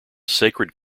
sacred